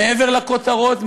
מעבר לכותרות,